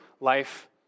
life